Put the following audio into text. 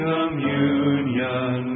Communion